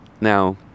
Now